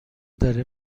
داره